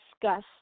discuss